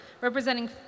representing